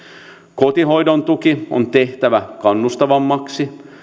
kotihoidon tuki on tehtävä kannustavammaksi